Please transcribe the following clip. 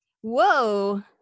Whoa